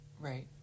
Right